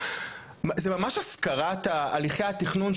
זה ממש הפקרת הליכי התכנון,